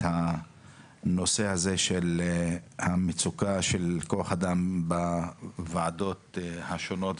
הנושא הזה של מצוקת כוח האדם בוועדות השונות,